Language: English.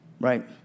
right